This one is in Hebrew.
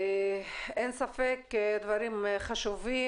אין ספק, דברים חשובים.